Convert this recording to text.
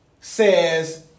says